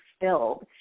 filled